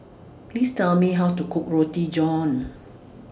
Please Tell Me How to Cook Roti John